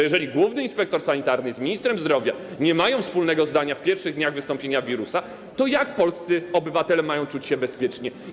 Jeżeli główny inspektor sanitarny z ministrem zdrowia nie mają wspólnego zdania w pierwszych dniach wystąpienia wirusa, to jak polscy obywatele mają czuć się bezpiecznie?